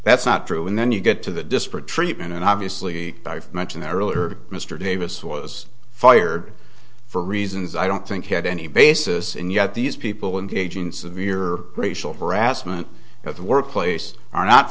that's not true and then you get to the disparate treatment and obviously i've mentioned earlier mr davis was fired for reasons i don't think had any basis and yet these people engaging in severe racial harassment at the workplace are not